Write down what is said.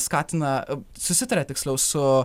skatina susitaria tiksliau su